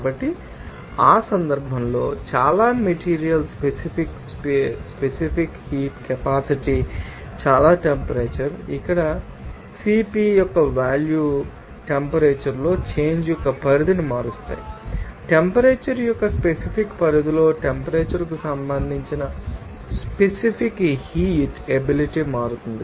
కాబట్టి ఆ సందర్భంలో చాలా మెటీరియల్ కు స్పెసిఫిక్ హీట్ కెపాసిటి చాలా టెంపరేచర్ ఇక్కడ CP యొక్క వాల్యూ లు టెంపరేచర్ లో చేంజ్ యొక్క పరిధిని మారుస్తాయి మరియు టెంపరేచర్ యొక్క స్పెసిఫిక్ పరిధిలో టెంపరేచర్ కు సంబంధించి స్పెసిఫిక్ హీట్ ఎబిలిటీ మారుతుంది